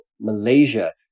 Malaysia